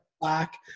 Black